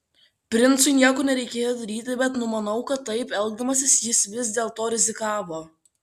princui nieko nereikėjo daryti bet numanau kad taip elgdamasis jis vis dėlto rizikavo